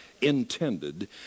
intended